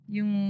Yung